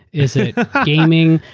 is it gaming,